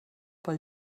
pel